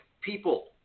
people